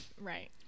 right